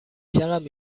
چقدر